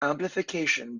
amplification